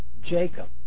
Jacob